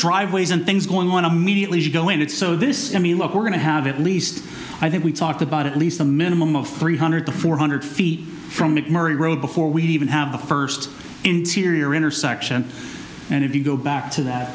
driveways and things going on a mediately should go in and so this i mean look we're going to have at least i think we talked about at least a minimum of three hundred to four hundred feet from mcmurray road before we even have a first interior intersection and if you go back to that